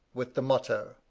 with the motto,